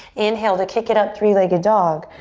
inhale to kick it up, three-legged dog.